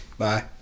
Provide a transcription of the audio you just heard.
Bye